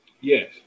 Yes